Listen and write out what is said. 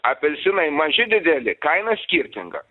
apelsinai maži dideli kaina skirtinga